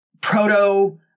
proto